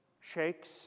shakes